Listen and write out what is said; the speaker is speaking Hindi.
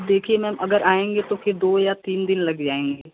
अब देखिए मैम अगर आएँगे तो फिर दो या तीन दिन लग जाएँगे